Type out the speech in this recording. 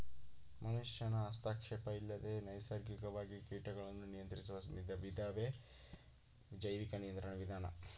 ಮನುಷ್ಯನ ಹಸ್ತಕ್ಷೇಪ ಇಲ್ಲದೆ ನೈಸರ್ಗಿಕವಾಗಿ ಕೀಟಗಳನ್ನು ನಿಯಂತ್ರಿಸುವ ವಿಧಾನವೇ ಜೈವಿಕ ನಿಯಂತ್ರಣ ವಿಧಾನ